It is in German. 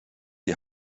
die